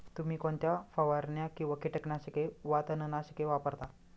तुम्ही कोणत्या फवारण्या किंवा कीटकनाशके वा तणनाशके वापरता?